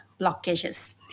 blockages